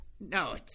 No